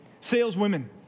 saleswomen